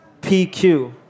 PQ